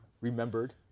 remembered